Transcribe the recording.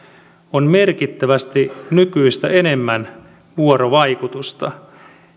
on merkittävästi nykyistä enemmän vuorovaikutusta